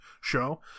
show